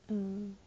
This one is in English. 嗯